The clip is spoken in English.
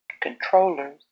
controllers